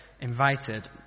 invited